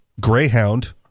Greyhound